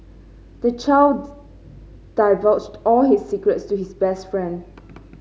the child's divulged all his secrets to his best friend